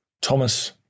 Thomas